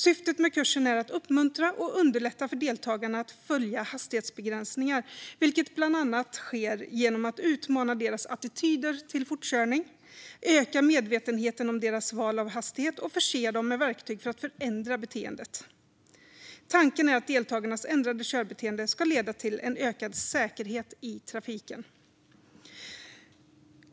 Syftet med kursen är att uppmuntra och underlätta för deltagarna att följa hastighetsbegränsningar, vilket bland annat sker genom att utmana deras attityder till fortkörning, öka medvetenheten om deras val av hastighet och förse dem med verktyg för att förändra beteendet. Tanken är att deltagarnas ändrade körbeteende ska leda till ökad säkerhet i trafiken.